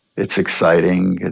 it's exciting.